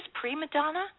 pre-Madonna